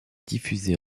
diffusée